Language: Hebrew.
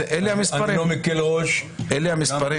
אלה המספרים.